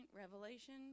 revelation